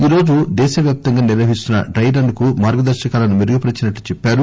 ఈరోజు దేశ వ్యాప్తంగా నిర్వహిస్తున్న డ్రెరన్ కు మార్గదర్శకాలను మెరుగుపరిచినట్లు చెప్పారు